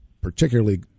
particularly